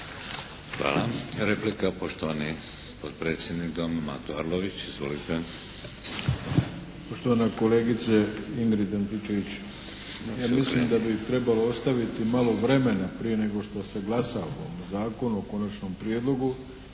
Hvala. Replika, poštovani potpredsjednik Doma, Mato Arlović. Izvolite. **Arlović, Mato (SDP)** Poštovana kolegice Ingrid Antičević ja mislim da bi trebalo ostaviti malo vremena prije nego što se glasa o ovome zakonu u konačnom prijedlogu